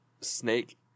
Snake